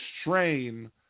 strain